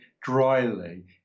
dryly